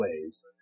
ways